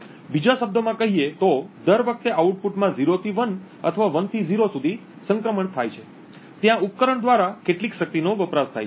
બીજા શબ્દોમાં કહીએ તો દર વખતે આઉટપુટમાં 0 થી 1 અથવા 1 થી 0 સુધી સંક્રમણ થાય છે ત્યાં ઉપકરણ દ્વારા કેટલીક શક્તિનો વપરાશ થાય છે